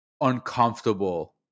uncomfortable